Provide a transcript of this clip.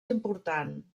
important